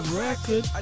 record